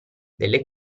delle